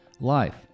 life